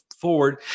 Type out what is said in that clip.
forward